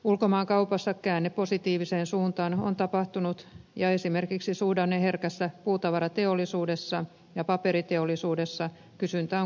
ulkomaankaupassa käänne positiiviseen suuntaan on tapahtunut ja esimerkiksi suhdanneherkässä puutavarateollisuudessa ja paperiteollisuudessa kysyntä on kohentunut